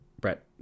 Brett